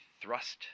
thrust